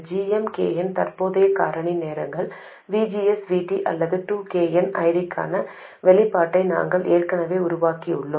gm kn தற்போதைய காரணி நேரங்கள் or 2kn ID ஐடிக்கான வெளிப்பாட்டை நாங்கள் ஏற்கனவே உருவாக்கியுள்ளோம்